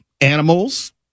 animals